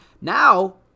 Now